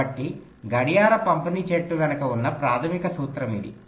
కాబట్టి గడియార పంపిణీ చెట్టు వెనుక ఉన్న ప్రాథమిక సూత్రం ఇది